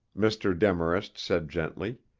mr. demarest said gently.